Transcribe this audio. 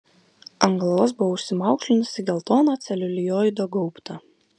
ant galvos buvo užsimaukšlinusi geltoną celiulioido gaubtą